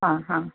आं हा